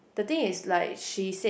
the thing is like she said